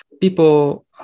people